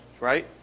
right